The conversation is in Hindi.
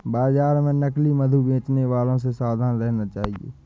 बाजार में नकली मधु बेचने वालों से सावधान रहना चाहिए